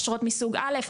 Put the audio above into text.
אשרות מסוג א ',